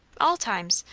all times.